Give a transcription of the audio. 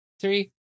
three